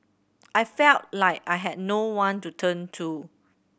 I felt like I had no one to turn to